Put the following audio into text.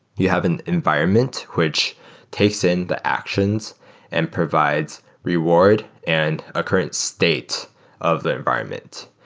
you have an environment, which takes in the actions and provides reward and a current state of the environment.